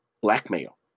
blackmail